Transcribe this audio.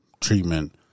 treatment